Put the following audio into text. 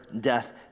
death